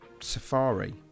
Safari